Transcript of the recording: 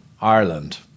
Ireland